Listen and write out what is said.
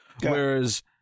whereas